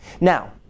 Now